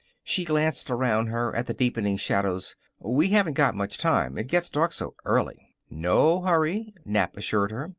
she glanced around her at the deepening shadows. we haven't got much time. it gets dark so early. no hurry, nap assured her.